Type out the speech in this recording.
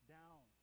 down